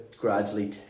gradually